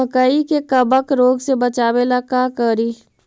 मकई के कबक रोग से बचाबे ला का करि?